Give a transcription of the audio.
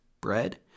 bread